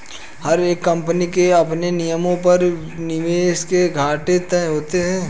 हर एक कम्पनी के अपने नियमों पर निवेश के घाटे तय होते हैं